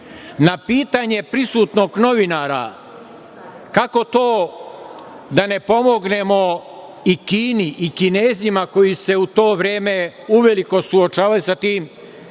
Na pitanje prisutnog novinara, kako to da ne pomognemo i Kini i Kinezima koji se u to vreme uveliko suočavaju sa tim